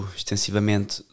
extensivamente